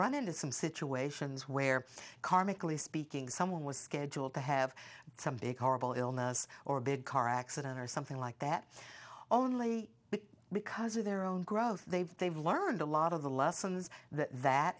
run into some situations where karmically speaking someone was scheduled to have some big horrible illness or a big car accident or something like that only because of their own growth they've they've learned a lot of the lessons that